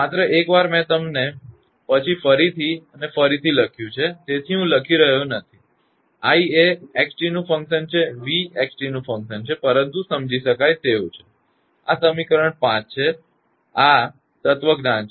માત્ર એકવાર મેં તે પછી ફરીથી અને ફરીથી લખ્યું છે તેથી હું લખી રહ્યો નથી i એ x t નું ફંકશન છે અથવા V એ x t નું ફંકશન છે પરંતુ સમજી શકાય તેવું છે આ સમીકરણ 5 છે આ એ જ તત્વજ્ઞાન છે